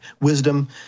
wisdom